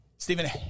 Stephen